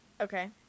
Okay